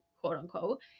quote-unquote